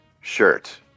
shirt